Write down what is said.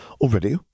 Already